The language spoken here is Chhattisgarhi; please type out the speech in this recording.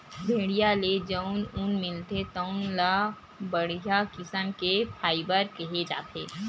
भेड़िया ले जउन ऊन मिलथे तउन ल बड़िहा किसम के फाइबर केहे जाथे